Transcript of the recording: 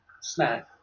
...snack